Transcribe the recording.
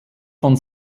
von